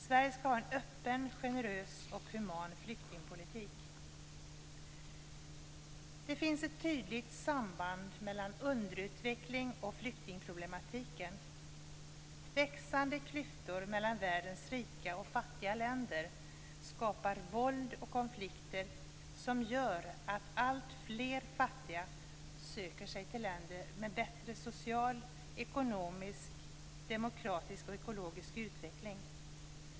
Sverige skall ha en öppen, generös och human flyktingpolitik. Det finns ett tydligt samband mellan underutveckling och flyktingproblematiken. Växande klyftor mellan världens rika och fattiga länder skapar våld och konflikter som gör att alltfler fattiga söker sig till länder med bättre social, ekonomisk, demokratisk och ekologisk utveckling.